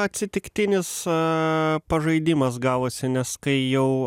atsitiktinis a pažaidimas gavosi nes kai jau